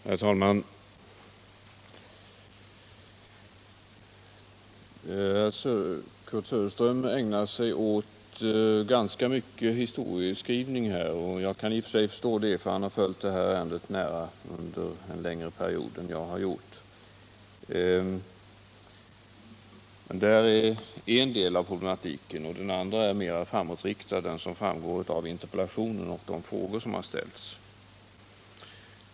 Herr talman! Kurt Söderström ägnar sig åt ganska mycket av historieskrivning här, och jag kan i och för sig förstå det, för han har följt detta ärende nära under en längre period än jag har gjort. Det är en del av problematiken; den andra är mera framåtriktad, den som framgår av interpellationen och de frågor som har ställts.